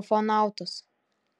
ufonautus